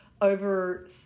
over